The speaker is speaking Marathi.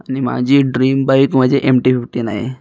आणि माझी ड्रीम बाईक म्हणजे एम टी फिफ्टीन आहे